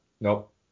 Nope